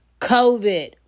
COVID